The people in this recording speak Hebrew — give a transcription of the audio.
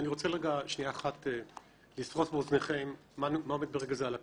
אני רוצה לפרוס באוזניכם מה עומד ברגע זה על הפרק,